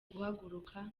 guhaguruka